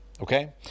Okay